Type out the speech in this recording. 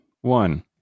One